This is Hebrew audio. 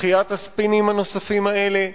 דחיית הספינים הנוספים האלה,